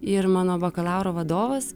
ir mano bakalauro vadovas